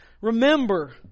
Remember